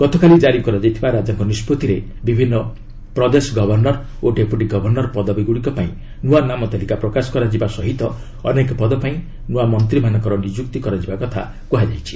ଗତକାଲି କାରି କରାଯାଇଥିବା ରାଜାଙ୍କ ନିଷ୍ପଭିରେ ବିଭିନ୍ନ ପ୍ରଦେଶର ଗଭର୍ଣ୍ଣର ଓ ଡେପୁଟି ଗଭର୍ଣ୍ଣର ପଦଗୁଡ଼ିକ ପାଇଁ ନ୍ତନ ନାମ ତାଲିକା ପ୍ରକାଶ କରାଯିବା ସହ ଅନେକ ପଦ ପାଇଁ ନ୍ତଆ ମନ୍ତ୍ରୀଙ୍କୁ ନିଯୁକ୍ତ କରାଯିବା କଥା କୁହାଯାଇଛି